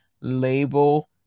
label